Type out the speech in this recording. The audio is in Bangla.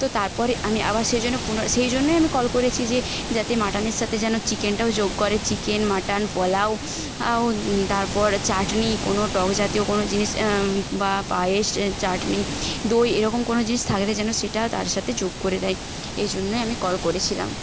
তো তারপরে আমি আবার সেই জন্য সেই জন্যই আমি কল করেছি যে যাতে মাটনের সাথে যেন চিকেনটাও যোগ করে চিকেন মাটন পোলাও তারপর চাটনি কোনো টক জাতীয় কোনো জিনিস বা পায়েস চাটনি দই এরকম কোনো জিনিস থাকলে যেন সেটা তার সাথে যোগ করে দেয় এই জন্যই আমি কল করেছিলাম